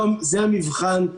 זה המבחן.